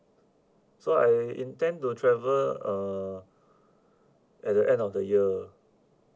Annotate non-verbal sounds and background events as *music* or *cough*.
so I intend to travel uh *breath* at the end of the year